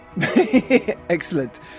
Excellent